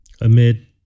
amid